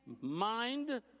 mind